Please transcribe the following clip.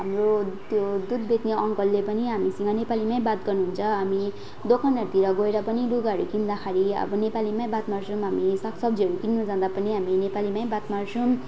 हाम्रो त्यो दुध बेच्ने अङ्कलले पनि हामीसँग नेपालीमै बात गर्नुहुन्छ हामी दोकानहरूतिर गएर पनि लुगाहरू किन्दाखेरि अब नेपालीमै बात मार्छौँ हामी साग सब्जीहरू किन्नु जाँदा पनि हामी नेपालीमै बात मार्छौँ